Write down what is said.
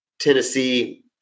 Tennessee